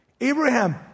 Abraham